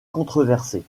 controversées